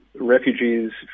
refugees